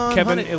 Kevin